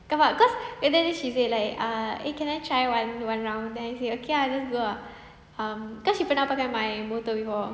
carpark cause and then she say like ah eh can I try one one round then I say okay ah just go ah um cause she pernah pakai my motor before